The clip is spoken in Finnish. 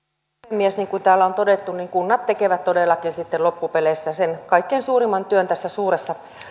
niin kuin täällä on todettu kunnat tekevät todellakin sitten loppupeleissä sen kaikkein suurimman työn tässä suuressa